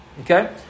Okay